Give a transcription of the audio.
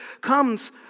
comes